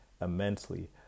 immensely